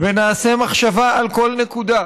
ונעשה מחשבה על כל נקודה,